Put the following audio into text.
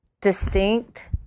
distinct